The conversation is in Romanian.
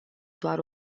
doar